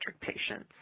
patients